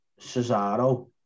Cesaro